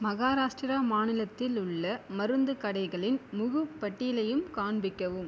மகாராஷ்டிரா மாநிலத்தில் உள்ள மருந்து கடைகளின் முழுப் பட்டியலையும் காண்பிக்கவும்